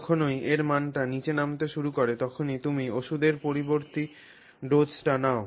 যখনই এর মানটা নিচে নামতে শুরু করে তখনই তুমি ওষুধের পরবর্তী ডোজটা নাও